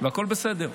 הכול בסדר.